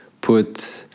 put